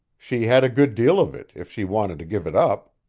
she had a good deal of it, if she wanted to give it up.